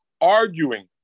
arguing